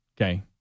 Okay